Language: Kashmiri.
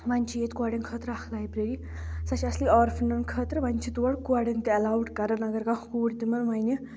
وۄنۍ چھِ ییٚتہِ کورٮ۪ن خٲطرٕ اَکھ لایبرری سۄ چھِ اَصلی آرفنَن خٲطرٕ وۄنۍ چھِ تور کورٮ۪ن تہِ ایلاوُڈ کَران اگر کانٛہہ کوٗر تِمَن وۄنہِ